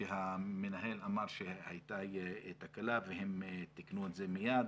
שהמנהל אמר שהייתה תקלה והם תיקנו את זה מייד,